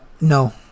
no